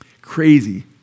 Crazy